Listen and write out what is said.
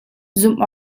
zumh